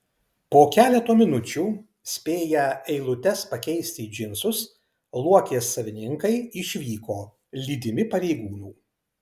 po keleto minučių spėję eilutes pakeisti į džinsus luokės savininkai išvyko lydimi pareigūnų